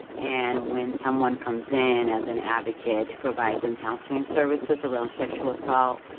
and when someone comes in as an advocate to provide them counseling services around sexual assault,